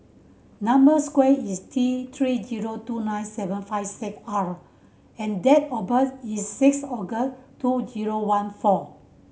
number square is T Three zero two nine seven five six R and date of birth is six August two zero one four